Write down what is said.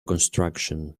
construction